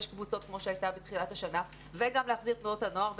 קבוצות כמו שהייתה בתחילת השנה וגם להחזיר את תנועות הנוער,